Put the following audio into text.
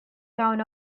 town